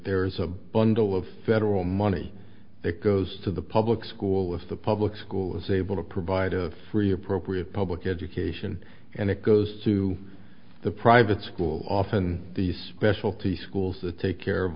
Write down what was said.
there's a bundle of federal money that goes to the public school if the public school is able to provide a free appropriate public education and it goes to the private school often these specialty schools that take care of